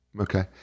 Okay